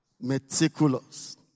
Meticulous